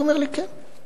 הוא אומר לי: כן.